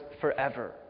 forever